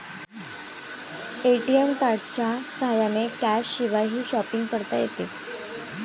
ATM कार्डच्या साह्याने कॅशशिवायही शॉपिंग करता येते